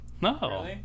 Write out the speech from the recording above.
No